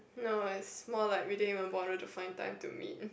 no it's more like we din even bother to find time to meet